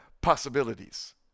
possibilities